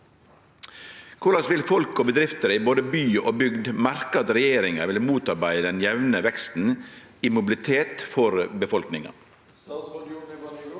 Hvordan vil folk og bedrifter i både by og bygd merke at regjeringen vil motarbeide den jevne veksten i mobilitet for befolkningen?»